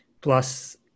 plus